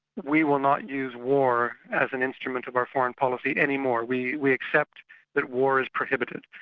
we will not use war as an instrument of our foreign policy any more. we we accept that war is prohibited.